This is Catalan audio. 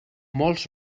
molts